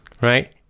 Right